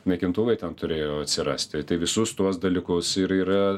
naikintuvai ten turėjo atsirasti tai visus tuos dalykus ir yra